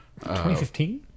2015